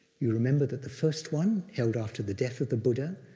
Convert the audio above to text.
you remember that the first one, held after the death of the buddha,